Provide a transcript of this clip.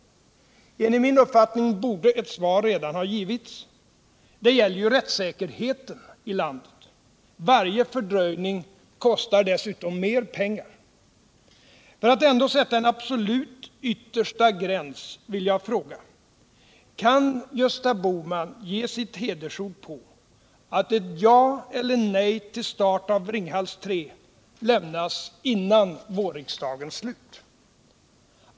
Enligt min uppfattning borde ett svar redan ha givits. Det gäller ju rättssäkerheten i landet. Varje fördröjning kostar dessutom mer pengar. För att ändå sätta en absolut yttersta gräns vill jag fråga: Kan Gösta Bohman ge sitt hedersord på att ett ja eller nej till start av Ringhals 3 lämnas före vårriksdagens slut?